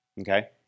Okay